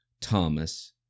Thomas